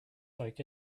like